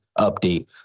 update